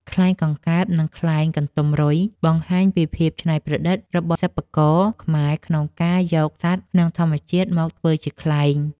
ខ្លែងកង្កែប និងខ្លែងកន្ទុំរុយ បង្ហាញពីភាពច្នៃប្រឌិតរបស់សិប្បករខ្មែរក្នុងការយកសត្វក្នុងធម្មជាតិមកធ្វើជាខ្លែង។